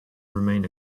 remain